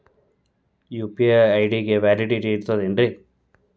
UPI ID ಗೆ validity ಇರತದ ಏನ್ರಿ?